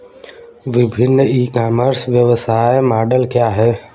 विभिन्न e commerce व्यवसाय model क्या हैं?